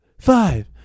Five